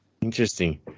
Interesting